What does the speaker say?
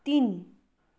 तिन